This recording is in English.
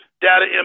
data